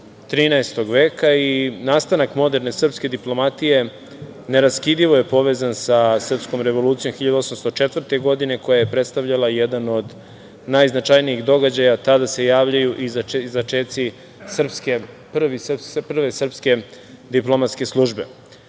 13. veka, i nastanak moderne srpske diplomatije neraskidivo je povezan sa Srpskom revolucijom 1804. godine koja je predstavljala jedan od najznačajnijih događaja. Tada se javljaju i začeci prve srpske diplomatske službe. Posle